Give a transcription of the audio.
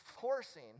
forcing